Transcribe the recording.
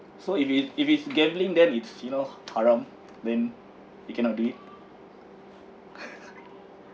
so if it if it's gambling that it's you know haram then it cannot be